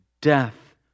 death